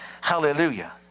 hallelujah